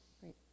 Great